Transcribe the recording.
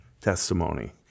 testimony